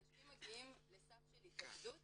אנשים מגיעים לסף של התאבדות